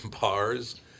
bars